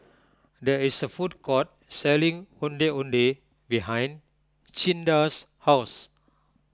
there is a food court selling Ondeh Ondeh behind Cinda's house